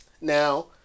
Now